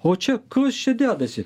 o čia kas čia dedasi